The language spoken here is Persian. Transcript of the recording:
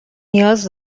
نیاز